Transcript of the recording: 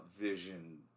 vision